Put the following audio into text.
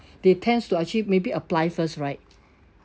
they tends to actually maybe apply first right